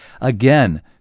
again